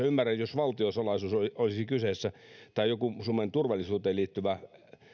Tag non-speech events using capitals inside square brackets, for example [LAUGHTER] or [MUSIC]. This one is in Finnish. [UNINTELLIGIBLE] ymmärrän jos valtiosalaisuus olisi kyseessä tai joku suomen turvallisuuteen liittyvä